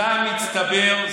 הזעם מצטבר.